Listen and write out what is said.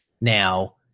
now